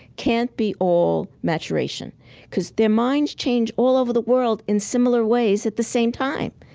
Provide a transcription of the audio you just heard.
can't be all maturation because their minds change all over the world in similar ways at the same time,